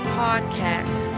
podcast